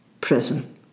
prison